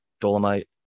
dolomite